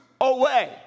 away